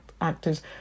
actors